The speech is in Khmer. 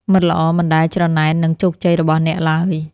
មិត្តល្អមិនដែលច្រណែននឹងជោគជ័យរបស់អ្នកឡើយ។